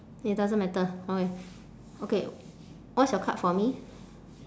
it doesn't matter okay okay what's your card for me